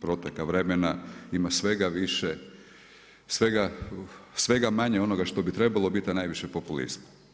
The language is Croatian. proteka vremena ima svega više, svega manje onoga što bi trebalo biti a najviše populizma.